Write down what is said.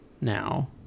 now